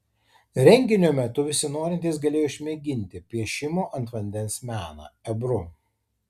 renginio metu visi norintys galėjo išmėginti piešimo ant vandens meną ebru